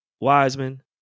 Wiseman